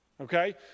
okay